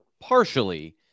partially